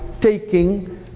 taking